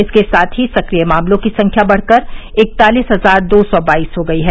इसके साथ ही सक्रिय मामलों की संख्या बढ़कर इकतालीस हजार दो सौ बाइस हो गयी है